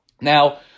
Now